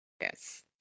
Yes